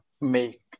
make